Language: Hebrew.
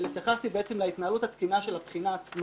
אלא התייחסתי בעצם להתנהלות התקינה של הבחינה עצמה.